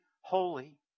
holy